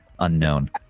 Unknown